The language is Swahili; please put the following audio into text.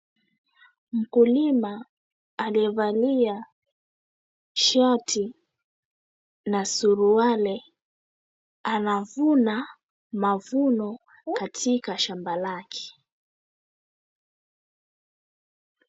Mkulima aliyevalia shati na suruali anavuna mavuno katika shamba lake.